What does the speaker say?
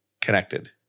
connected